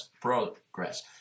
progress